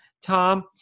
Tom